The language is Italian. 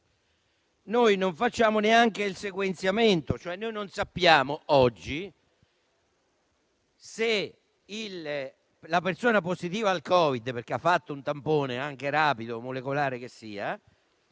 Non facciamo neanche il sequenziamento, cioè non sappiamo oggi se una persona positiva al Covid, perché ha fatto un tampone (rapido o molecolare che sia),